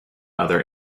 other